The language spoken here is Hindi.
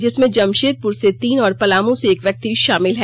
इसमें जमशेदपुर से तीन और पलामू से एक व्यक्ति शामिल हैं